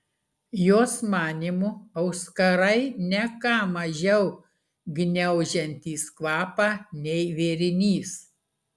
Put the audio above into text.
jos manymu auskarai ne ką mažiau gniaužiantys kvapą nei vėrinys